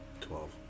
Twelve